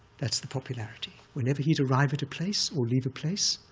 that's the popularity. whenever he'd arrive at a place or leave a place,